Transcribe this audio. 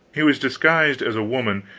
he was disguised as a woman,